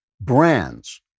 Brands